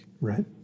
right